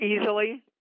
easily